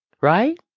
right